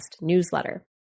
newsletter